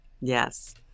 Yes